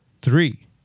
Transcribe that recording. three